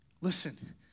Listen